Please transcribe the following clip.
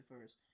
first